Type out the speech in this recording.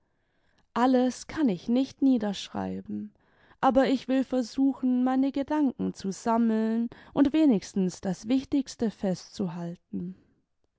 alles kann ich nicht niederschreiben aber ich will versuchen meine gedanken zu sammeln und wenigstens das wichtigste festzuhalten